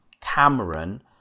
Cameron